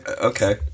Okay